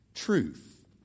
truth